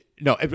no